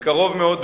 בקרוב מאוד,